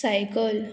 cycle